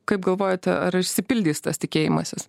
kaip galvojate ar išsipildys tas tikėjimasis